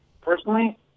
Personally